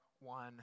one